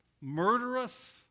murderous